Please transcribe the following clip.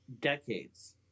decades